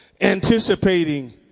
anticipating